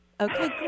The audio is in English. okay